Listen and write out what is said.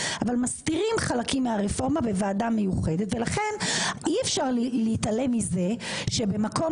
אבל מסתירים חלקים מהרפורמה בוועדה מיוחדת ולכן אי אפשר להתעלם מזה שבמקום